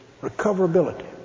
Recoverability